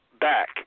back